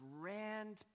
grand